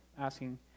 Asking